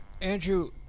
andrew